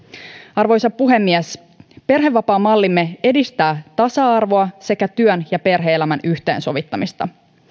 arvoisa puhemies perhevapaamallimme edistää tasa arvoa sekä työn ja perhe elämän yhteensovittamista